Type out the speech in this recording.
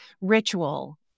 Ritual